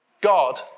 God